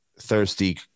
thirsty